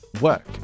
work